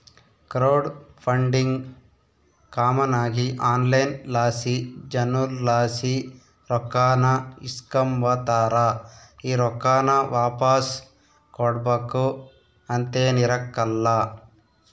crowd funding common ಆಗಿ online ಲಾಸಿ ಜನುರ್ಲಾಸಿ ರೊಕ್ಕಾನ ಇಸ್ಕಂಬತಾರ, ಈ ರೊಕ್ಕಾನ ವಾಪಾಸ್ ಕೊಡ್ಬಕು ಅಂತೇನಿರಕ್ಲಲ್ಲ